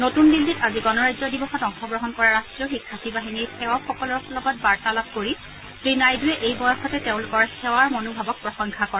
নতুন দিল্লীত আজি গণৰাজ্য দিৱসত অংশগ্ৰহণ কৰা ৰাষ্টীয় শিক্ষাৰ্থী বাহিনীৰ সেৰকসকলৰ লগত বাৰ্তালাপ কৰি শ্ৰী নাইডূৱে এই বয়সতে তেওঁলোকৰ সেৱাৰ মনোভাৱক প্ৰশংসা কৰে